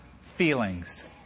Feelings